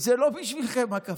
"לא בשבילכם הקפה".